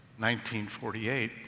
1948